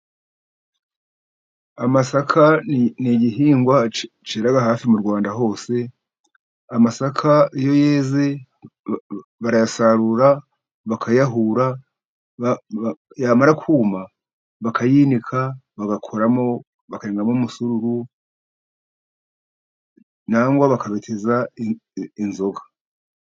Amasaka ni igihingwa cyera hafi mu Rwanda hose. Amasaka iyo yeze barayasarura ,bakayahura, yamara kuma , bakayinika bakayengamo umusuru cyangwa bakabeteza inzoga.